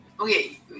Okay